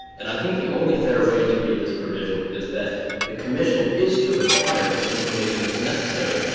and i think the only fair way to read this provision is that the commission is to require the information that's necessary,